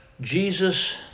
Jesus